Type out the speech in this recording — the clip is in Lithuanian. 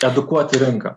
edukuoti rinką